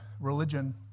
religion